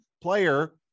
player